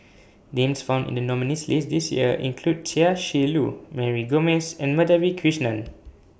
Names found in The nominees' list This Year include Chia Shi Lu Mary Gomes and Madhavi Krishnan